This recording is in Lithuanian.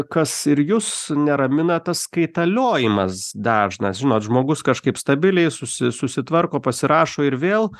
kas ir jus neramina tas kaitaliojimas dažnas žinot žmogus kažkaip stabiliai susi susitvarko pasirašo ir vėl